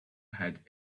had